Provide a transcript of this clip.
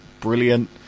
brilliant